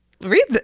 Read